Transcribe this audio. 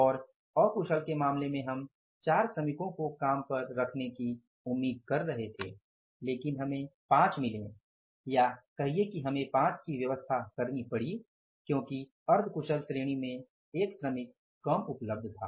और अकुशल के मामले में हम 4 श्रमिकों को काम पर रखने की उम्मीद कर रहे थे लेकिन हमें 5 मिले या हमें 5 की व्यवस्था करनी पड़ी क्योंकि अर्ध कुशल श्रेणी में 1 श्रमिक कम उपलब्ध था